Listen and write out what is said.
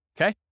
Okay